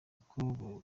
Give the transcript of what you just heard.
uko